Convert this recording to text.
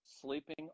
sleeping